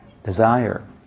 Desire